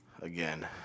Again